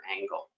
angle